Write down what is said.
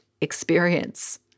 experience